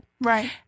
Right